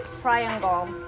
triangle